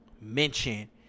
mention